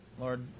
Lord